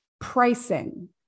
pricing